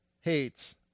hates